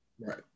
Right